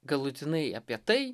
galutinai apie tai